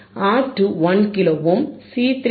R 2 1 kilo ohm C 3 0